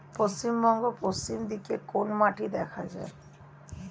পশ্চিমবঙ্গ পশ্চিম দিকে কোন মাটি দেখা যায়?